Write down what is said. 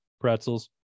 Pretzels